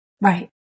Right